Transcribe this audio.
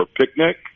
picnic